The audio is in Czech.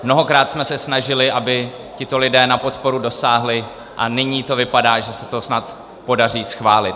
Mnohokrát jsme se snažili, aby tito lidé na podporu dosáhli, a nyní to vypadá, že se to snad podaří schválit.